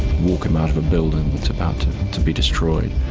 walk him out of a building that's about to be destroyed,